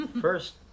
First